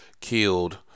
killed